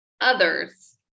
others